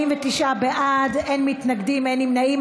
49 בעד, אין מתנגדים, אין נמנעים.